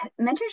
mentorship